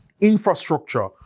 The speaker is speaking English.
infrastructure